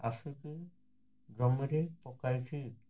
ଆସିକି ଜମିରେ ପକାଇଛିି